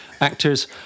actors